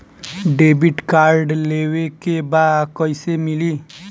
Debit card लेवे के बा कईसे मिली?